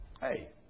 Hey